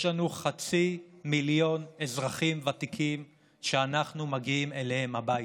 יש לנו חצי מיליון אזרחים ותיקים שאנחנו מגיעים אליהם הביתה.